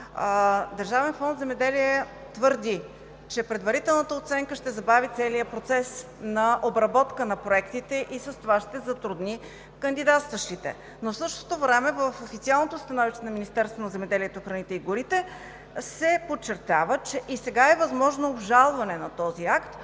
Държавен фонд „Земеделие“ твърди, че предварителната преценка ще забави целия процес на обработка на проектите и с това ще затрудни кандидатстващите. В същото време в официалното становище на Министерството на земеделието, храните и горите се подчертава, че и сега е възможно обжалване на този акт,